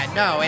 no